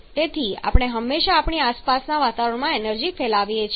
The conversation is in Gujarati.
તેથી આપણે હંમેશા આપણી આસપાસના વાતાવરણમાં એનર્જી ફેલાવીએ છીએ